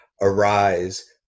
arise